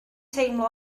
teimlo